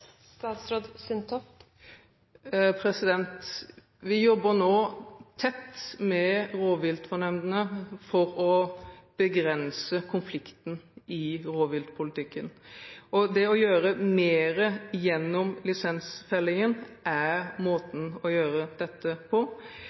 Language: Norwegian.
Vi jobber nå tett med rovviltnemndene for å begrense konfliktene i rovviltpolitikken. Å gjøre mer gjennom lisensfellingen er måten å gjøre dette på.